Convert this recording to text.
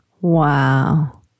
Wow